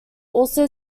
also